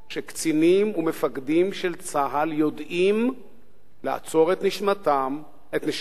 שקצינים ומפקדים של צה"ל יודעים לעצור את נשימתם,